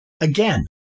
Again